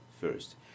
first